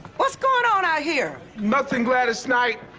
what's going on out here? nothing, gladys knight.